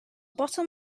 bottom